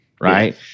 Right